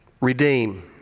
redeem